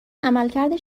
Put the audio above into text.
عملکرد